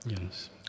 Yes